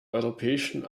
europäischen